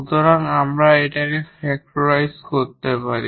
সুতরাং আমরা এটিকে ফ্যাক্টরাইজ করতে পারি